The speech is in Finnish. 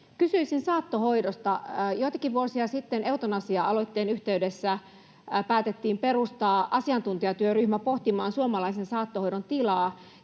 Kysyisin saattohoidosta. Joitakin vuosia sitten eutanasia-aloitteen yhteydessä päätettiin perustaa asiantuntijatyöryhmä pohtimaan suomalaisen saattohoidon tilaa.